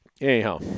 anyhow